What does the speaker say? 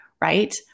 right